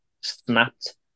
snapped